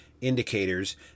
indicators